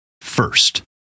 First